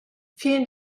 vielen